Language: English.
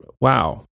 wow